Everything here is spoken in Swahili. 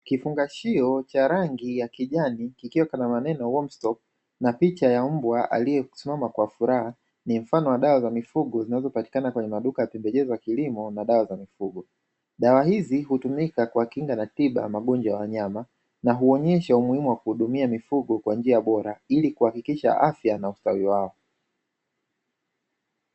Kifungashio cha rangi ya kijani kikiwa na maneno 'Wormstop' na picha ya mbwa aliyesimama kwa furaha ni mfano wa dawa za mifugo zinazopatikana kwenye maduka ya pembejeo za kilimo na dawa za mifugo. Dawa hizi hutumika kwa kinga na tiba magonjwa ya wanyama na huonyesha umuhimu wa kuhudumia mifugo kwa njia bora ili kuhakikisha afya na ustawi wao."